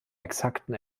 exakten